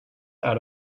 out